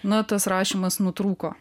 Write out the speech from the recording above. na tas rašymas nutrūko